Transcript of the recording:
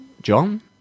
john